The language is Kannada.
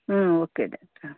ಹಾಂ ಓಕೆ ಡಾಕ್ಟ್ರೆ